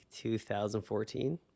2014